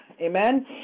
Amen